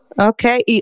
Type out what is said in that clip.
Okay